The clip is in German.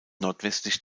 nordwestlich